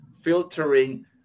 filtering